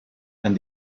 and